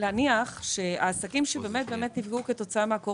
להניח שהעסקים שבאמת נפגעו כתוצאה מן הקורונה,